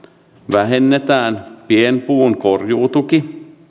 vähennetään pienpuun korjuutukea